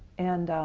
and